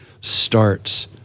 starts